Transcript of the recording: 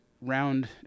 round